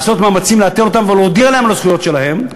לעשות מאמצים לאתר אותם ולהודיע להם על הזכויות שלהם.